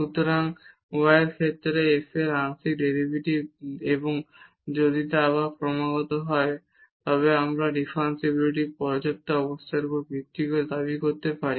সুতরাং y এর ক্ষেত্রে f এর আংশিক ডেরিভেটিভ এবং যদি তা আবার ক্রমাগত হয় তবে আমরা ডিফারেনশিবিলিটির পর্যাপ্ত অবস্থার উপর ভিত্তি করে দাবি করতে পারি